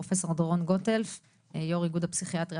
פרופ' דורון גוטהלף יו"ר איגוד הפסיכיאטריה